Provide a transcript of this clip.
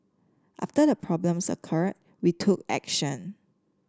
after the problems occurred we took action